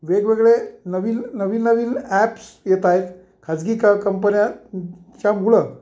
वेगवेगळे नवीन नवीन नवीन ॲप्स येत आहेत खाजगी क कंपन्याच्यामुळं